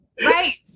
Right